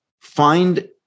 find